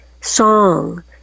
song